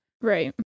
right